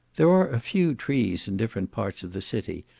there are a few trees in different parts of the city,